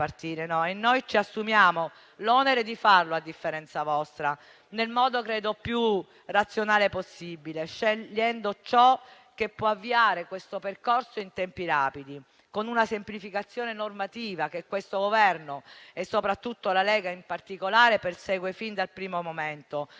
noi ci assumiamo l'onere di farlo, nel modo, credo, più razionale possibile, scegliendo ciò che può avviare questo percorso in tempi rapidi, con una semplificazione normativa che il Governo e la Lega in particolare perseguono fin dal primo momento,